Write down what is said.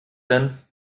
denn